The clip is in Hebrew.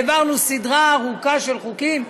העברנו סדרה ארוכה של חוקים.